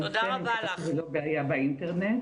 אני מקווה שזה לא בעיה באינטרנט.